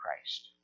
Christ